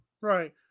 Right